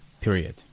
period